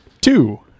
Two